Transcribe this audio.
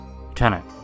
Lieutenant